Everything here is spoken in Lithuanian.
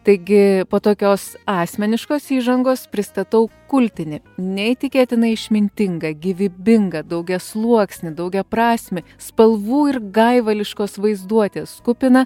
taigi po tokios asmeniškos įžangos pristatau kultinį neįtikėtinai išmintingą gyvybingą daugiasluoksnį daugiaprasmį spalvų ir gaivališkos vaizduotės kupiną